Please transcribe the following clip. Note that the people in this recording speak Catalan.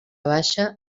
baixa